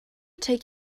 take